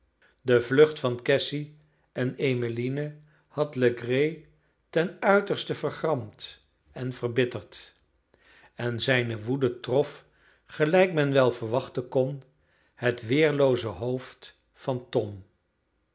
de vlucht van cassy en emmeline had legree ten uiterste vergramd en verbitterd en zijne woede trof gelijk men wel verwachten kon het weerlooze hoofd van tom